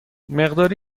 مقداری